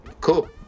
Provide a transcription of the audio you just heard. cool